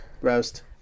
Roast